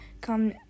Come